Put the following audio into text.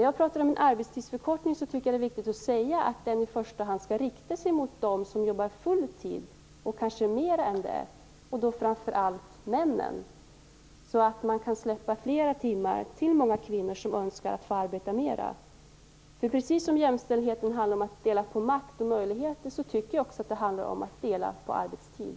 Jag tycker att det är viktigt att arbetstidsförkortningen i första hand skall riktas mot dem som jobbar full tid och kanske mer än det, framför allt männen, så att man kan släppa fler timmar till de kvinnor som önskar arbeta mera. Precis som det handlar om att dela på makt och möjligheter när det gäller jämställdhet tycker jag också att det handlar om att dela på arbetstid.